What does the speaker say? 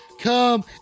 come